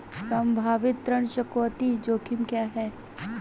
संभावित ऋण चुकौती जोखिम क्या हैं?